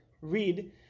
read